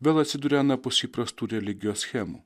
vėl atsiduria anapus įprastų religijos schemų